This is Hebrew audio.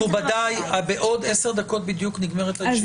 מכובדיי, בעוד עשר דקות בדיוק נגמרת הישיבה הזאת.